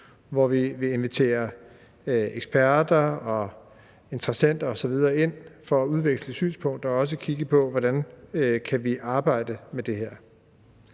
og vi vil invitere eksperter, interessenter osv. ind for at udveksle synspunkter og også kigge på, hvordan vi kan arbejde med det her.